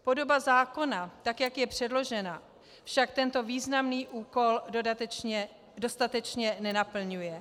Podoba zákona, tak jak je předložena, však tento významný úkol dostatečně nenaplňuje.